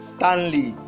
Stanley